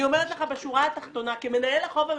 אני אומרת לך כמנהל החוב הממשלתי: